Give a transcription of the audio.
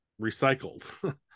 recycled